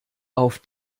auf